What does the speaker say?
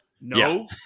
No